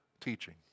teaching